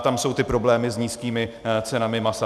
Tam jsou ty problémy s nízkými cenami masa.